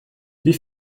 wie